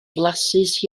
flasus